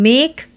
Make